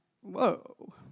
whoa